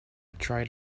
tried